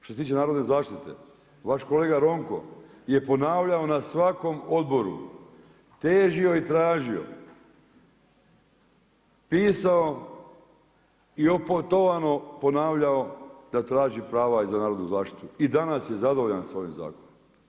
Što se tiče narodne zaštite, vaš kolega Ronko je ponavljao na svakom odboru, težio i tražio, pisao i opetovano ponavljao da traži prava i za narodnu zaštitu i danas je zadovoljan sa ovim zakonom.